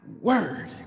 word